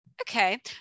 Okay